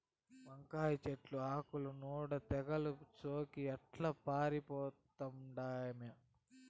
వంకాయ చెట్లు ఆకుల నూడ తెగలు సోకి ఎట్లా పాలిపోతండామో